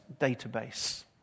database